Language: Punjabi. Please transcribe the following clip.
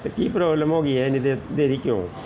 ਅਤੇ ਕੀ ਪ੍ਰੋਬਲਮ ਹੋ ਗਈ ਇੰਨੀ ਦੇਰ ਦੇਰੀ ਕਿਉਂ